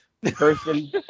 Person